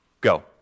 go